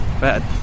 bad